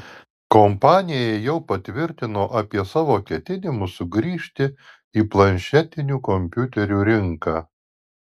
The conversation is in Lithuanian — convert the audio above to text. kompanija jau patvirtino apie savo ketinimus sugrįžti į planšetinių kompiuterių rinką